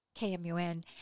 KMUN